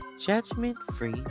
Judgment-Free